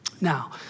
Now